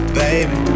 baby